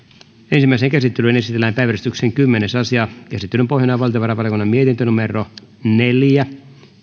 ensimmäiseen käsittelyyn esitellään päiväjärjestyksen kymmenes asia käsittelyn pohjana on valtiovarainvaliokunnan mietintö neljä